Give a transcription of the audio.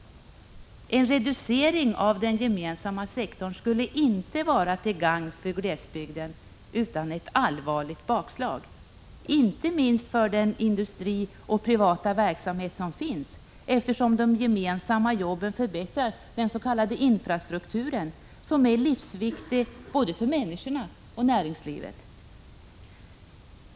En reducering av den gemensamma sektorn skulle inte vara till gagn för glesbygden utan ett allvarligt bakslag, inte minst för den industri och privata verksamhet som finns, eftersom de gemensamma jobben förbättrar den s.k. infrastrukturen, som är livsviktig för både människorna och näringslivet.